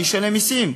מי ישלם מסים?